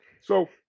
So-